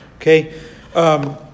Okay